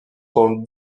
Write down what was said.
son